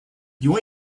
you